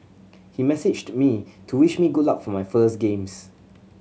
he messaged me to wish me good luck for my first games